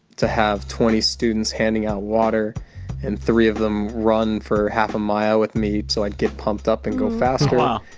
to have twenty students handing out water and three of them run for half a mile with me so i'd get pumped up and go faster. oh, wow.